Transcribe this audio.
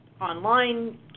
online